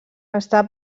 està